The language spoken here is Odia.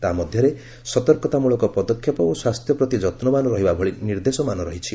ତାହା ମଧ୍ୟରେ ସତର୍କତା ମୂଳକ ପଦକ୍ଷେପ ଓ ସ୍ୱାସ୍ଥ୍ୟ ପ୍ରତି ଯତ୍ନବାନ ରହିବା ଭଳି ନିର୍ଦ୍ଦେଶମାନ ରହିଛି